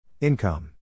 Income